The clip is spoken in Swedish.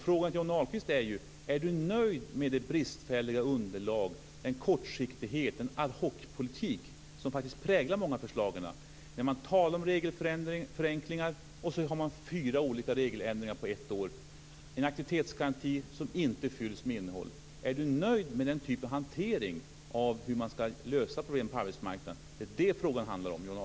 Frågan är: Är Johnny Ahlqvist nöjd med det bristfälliga underlaget, den kortsiktighet och den ad hocpolitik som präglar många av förslagen, när man talar om regelförenklingar och gör fyra olika regeländringar på ett år, en aktivitetsgaranti som inte fylls med innehåll? Är Johnny Ahlqvist nöjd med den typen av hantering för att lösa problemen på arbetsmarknaden? Det är det frågan handlar om.